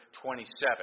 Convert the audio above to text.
27